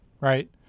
Right